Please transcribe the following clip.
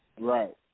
Right